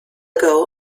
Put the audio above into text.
ago